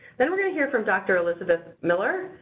then we're going to hear from dr. elizabeth miller,